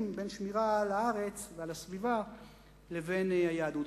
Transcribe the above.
בין שמירה על הארץ והסביבה לבין היהדות.